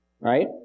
Right